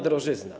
Drożyzna.